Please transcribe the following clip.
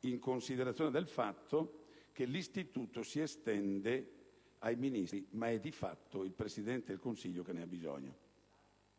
in considerazione del fatto che l'istituto si estende ai Ministri ma è di fatto il Presidente del Consiglio che ne ha bisogno.